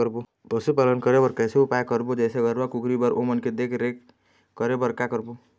पशुपालन करें बर कैसे उपाय करबो, जैसे गरवा, कुकरी बर ओमन के देख देख रेख करें बर का करबो?